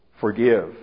forgive